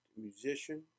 musician